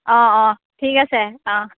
অঁ অঁ ঠিক আছে অঁ